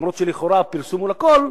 גם אם לכאורה הפרסום הוא לכול,